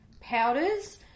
powders